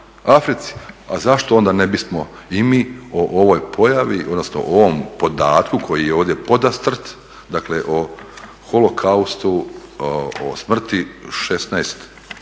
Africi, a zašto onda ne bismo i mi o ovoj pojavi, odnosno o ovom podatku koji je ovdje podastrt. Dakle, o holokaustu, o smrti 16173